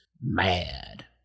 mad